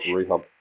Rehab